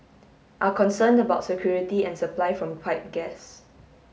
are concerned about security and supply from pipe gas